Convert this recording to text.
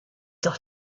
doch